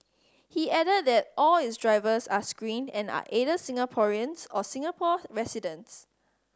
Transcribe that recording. he added that all its drivers are screened and are either Singaporeans or Singapore residents